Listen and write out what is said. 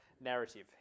narrative